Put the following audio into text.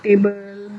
table